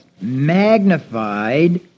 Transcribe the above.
magnified